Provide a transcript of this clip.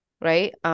right